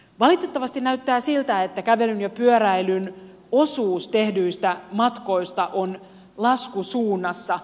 valitettavasti näyttää siltä että kävelyn ja pyöräilyn osuus tehdyistä matkoista on laskusuunnassa